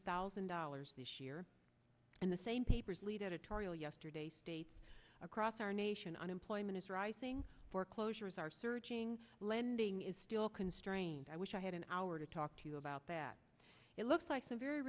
thousand dollars this year and the same paper's lead editorial yesterday states across our nation unemployment is rising foreclosures are surging lending is still constrained i wish i had an hour to talk to you about that it looks like